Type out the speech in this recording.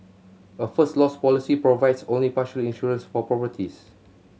a First Loss policy provides only partial insurance for properties